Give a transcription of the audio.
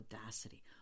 audacity